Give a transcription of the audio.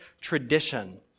tradition